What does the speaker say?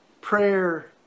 prayer